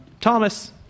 Thomas